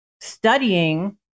studying